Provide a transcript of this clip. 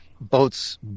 boats